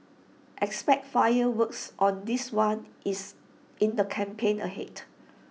expect fireworks on this one is in the campaign ahead